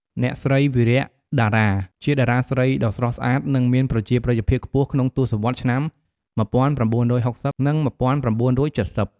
អ្នកស្រី វិរៈ ដារ៉ាជាតារាស្រីដ៏ស្រស់ស្អាត និងមានប្រជាប្រិយភាពខ្ពស់ក្នុងទសវត្សរ៍ឆ្នាំ ១៩៦០ និង ១៩៧០។